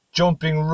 jumping